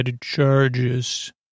charges